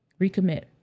recommit